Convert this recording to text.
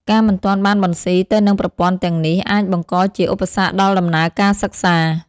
ការមិនទាន់បានបន្ស៊ីទៅនឹងប្រព័ន្ធទាំងនេះ អាចបង្កជាឧបសគ្គដល់ដំណើរការសិក្សា។